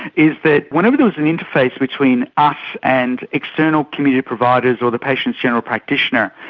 is that whenever there was an interface between us and external community providers or the patient's general practitioner,